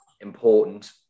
important